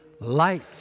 light